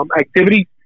activity